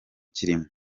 kirimo